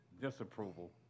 disapproval